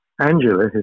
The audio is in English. Angela